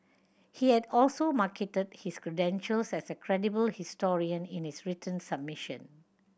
he had also marketed his credentials as a credible historian in his written submission